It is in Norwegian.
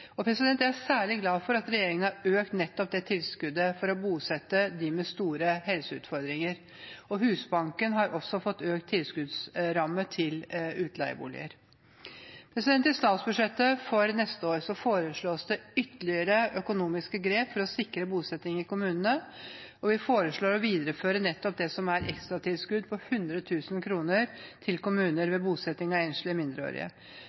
Jeg er særlig glad for at regjeringen har økt det tilskuddet for å bosette dem med store helseutfordringer. Husbanken har også fått økt tilskuddsramme til utleieboliger. I statsbudsjettet for neste år foreslås det ytterligere økonomiske grep for å sikre bosetting i kommunene. Vi foreslår å videreføre ekstratilskuddet på 100 000 kr til kommunene ved bosetting av enslige mindreårige. Det er også foreslått at vi viderefører ekstratilskuddet på 50 000 kr til kommuner